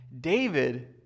David